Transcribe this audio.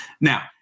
Now